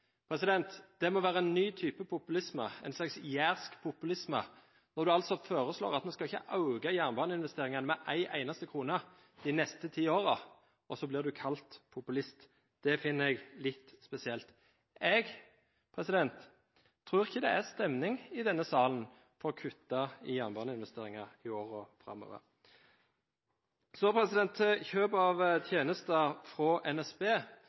Det må være en ny type populisme, en slags «jærsk» populisme. Når en foreslår at man ikke skal øke jernbaneinvesteringene med en eneste krone de neste ti årene, så blir du kalt populist. Det finner jeg litt spesielt. Jeg tror ikke det er stemning i denne salen for å kutte i jernbaneinvesteringer i årene framover. Så til kjøp av tjenester fra NSB.